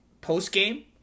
post-game